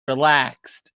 relaxed